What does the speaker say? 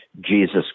Jesus